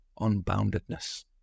unboundedness